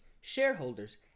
shareholders